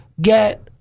get